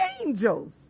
angels